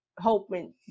Hoping